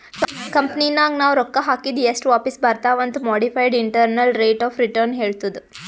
ಕಂಪನಿನಾಗ್ ನಾವ್ ರೊಕ್ಕಾ ಹಾಕಿದ್ ಎಸ್ಟ್ ವಾಪಿಸ್ ಬರ್ತಾವ್ ಅಂತ್ modified internal rate of return ಹೇಳ್ತುದ್